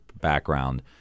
background